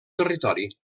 territori